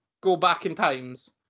go-back-in-times